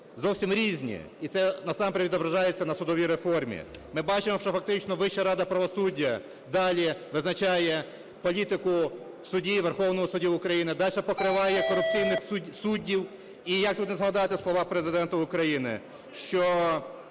зовсім різні, і це насамперед відображається на судовій реформі. Ми бачимо, що фактично Вища рада правосуддя далі визначає політику судів і Верховного Суду України, дальше покриває корупційних суддів. І як тут не згадати слова Президента України, що